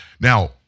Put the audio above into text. Now